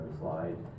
slide